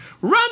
run